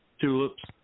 tulips